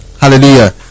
Hallelujah